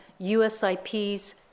USIP's